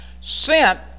sent